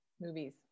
Movies